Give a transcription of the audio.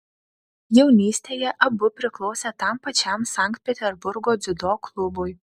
jaunystėje abu priklausė tam pačiam sankt peterburgo dziudo klubui